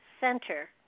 center